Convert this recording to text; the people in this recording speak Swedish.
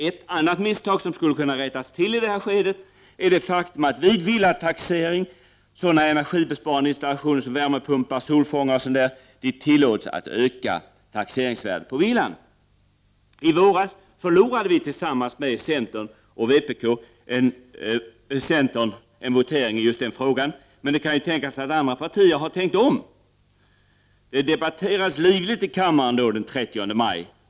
Ett annat misstag som skulle kunna rättas till i detta skede är det faktum att sådana energibesparande installationer som värmepumpar, solfångare, etc., vid villataxering tillåts att öka taxeringsvärdet på villan. I våras förlorade vi tillsammans med centern en votering i just den frågan, men det kan ju tänkas att andra partier har tänkt om. Den debatterades livligt i kammaren den 30 maj.